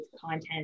content